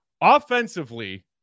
offensively